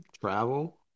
Travel